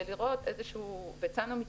והצענו מתווה.